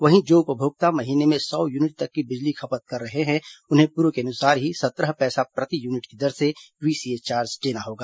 वहीं जो उपभोक्ता महीने में सौ यूनिट तक की बिजली खपत कर रहे हैं उन्हें पूर्व के अनुसार ही सत्रह पैसा प्रति यूनिट की दर से वीसीए चार्ज देना होगा